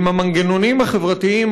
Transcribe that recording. ועם המנגנונים החברתיים,